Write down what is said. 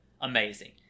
Amazing